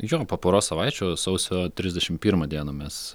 jo po poros savaičių sausio trisdešim pirmą dieną mes